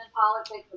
politics